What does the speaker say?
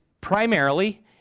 primarily